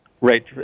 Right